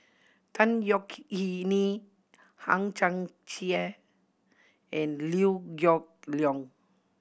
Tan Yeok Nee Hang Chang Chieh and Liew Geok Leong